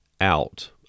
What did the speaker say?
out